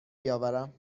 بیاورم